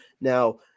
Now